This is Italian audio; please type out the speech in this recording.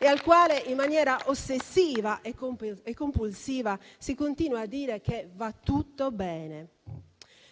e al quale, in maniera ossessiva e compulsiva, si continua a dire che va tutto bene.